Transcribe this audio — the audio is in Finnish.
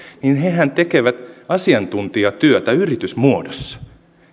hehän tekevät asiantuntijatyötä yritysmuodossa